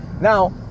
Now